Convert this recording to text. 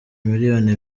miliyoni